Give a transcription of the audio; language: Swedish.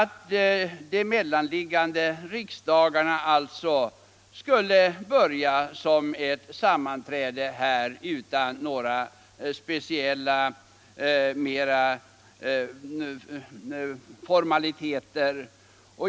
De mellanliggande riksmötena skulle då börja med ett sammanträde utan några speciella formaliteter.